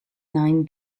nine